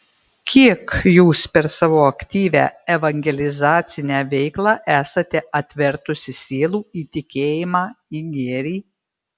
kiek jūs per savo aktyvią evangelizacinę veiklą esate atvertusi sielų į tikėjimą į gėrį